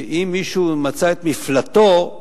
אם מישהו מצא את מפלטו,